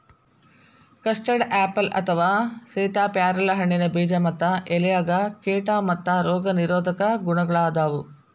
custard apple ಅಥವಾ ಸೇತಾಪ್ಯಾರಲ ಹಣ್ಣಿನ ಬೇಜ ಮತ್ತ ಎಲೆಯಾಗ ಕೇಟಾ ಮತ್ತ ರೋಗ ನಿರೋಧಕ ಗುಣಗಳಾದಾವು